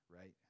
right